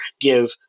give